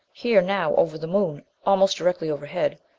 here now, over the moon, almost directly overhead,